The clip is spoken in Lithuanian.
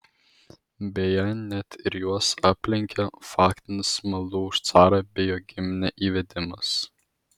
beje net ir juos aplenkė faktinis maldų už carą bei jo giminę įvedimas